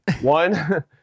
One